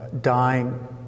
dying